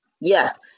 Yes